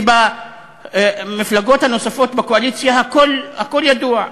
כי במפלגות הנוספות בקואליציה הכול ידוע.